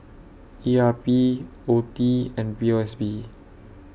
E R P OETI and P O S B